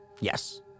Yes